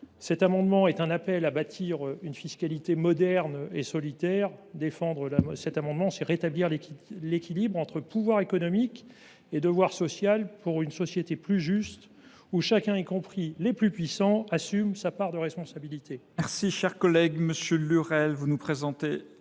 Cet amendement est un appel à bâtir une fiscalité moderne et solidaire. Le défendre, c’est contribuer à rétablir l’équilibre entre le pouvoir économique et le devoir social, pour une société plus juste, dans laquelle chacun, y compris les plus puissants, assume sa part de responsabilité.